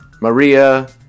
Maria